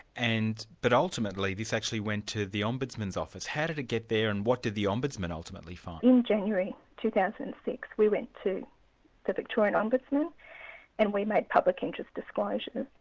and but ultimately this actually went to the ombudsman's office. how did it get there and what did the ombudsman ultimately find? in january, two thousand and six we went to the victorian ombudsman and we made public interest disclosures.